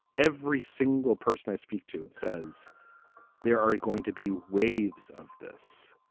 every single person i speak to says there are going to be waves of this.